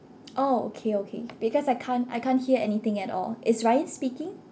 oh okay okay because I can't I can't hear anything at all is bryan speaking